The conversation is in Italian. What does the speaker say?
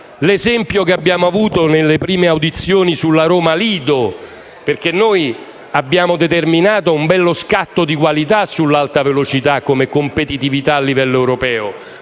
L'esempio lo abbiamo avuto nelle prime audizioni sulla Roma-Lido, perché noi abbiamo determinato un grande scatto di qualità sull'alta velocità in termini di competitività al livello europeo,